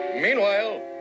Meanwhile